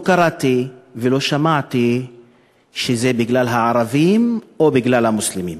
לא קראתי ולא שמעתי שזה בגלל הערבים או בגלל המוסלמים.